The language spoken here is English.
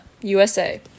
USA